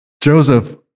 Joseph